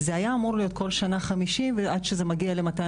זה היה אמור להיות כל שנה 50, עד שזה מגיע ל-250,